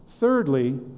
Thirdly